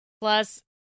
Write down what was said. Plus